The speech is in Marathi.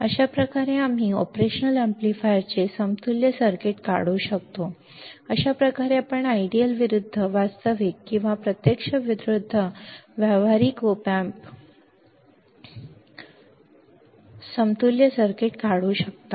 अशाप्रकारे आम्ही ऑपरेशनल अॅम्प्लीफायरचे समतुल्य सर्किट काढू शकतो अशा प्रकारे आपण आदर्श विरुद्ध वास्तविक किंवा प्रत्यक्ष किंवा व्यावहारिक op amp बरोबर आदर्श किंवा वास्तविक किंवा व्यावहारिक op amp सोपे असे समतुल्य सर्किट काढू शकता